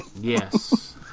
Yes